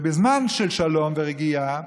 בזמן של שלום ורגיעה,